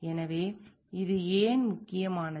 எனவே இது ஏன் முக்கியமானது